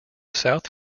south